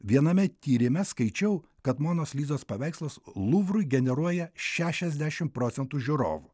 viename tyrime skaičiau kad monos lizos paveikslas luvrui generuoja šešiasdešim procentų žiūrovų